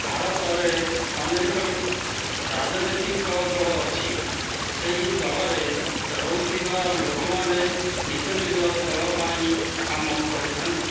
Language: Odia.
ଭାରତରେ ଅନେକ ରାଜନୈତିକ ଦଳ ଅଛି ସେହି ଦଳରେ ରହୁଥିବା ଲୋକମାନେ ନିଜ ନିଜ ଦଳ ପାଇଁ କାମ କରିଥାନ୍ତି